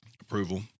approval